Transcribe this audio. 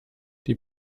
die